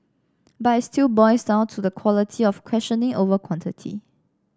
but it still boils down to the quality of questioning over quantity